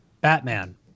Batman